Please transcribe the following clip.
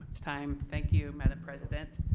time. thank you madam president.